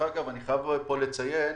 אני חייב פה לציין: